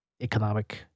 economic